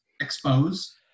expose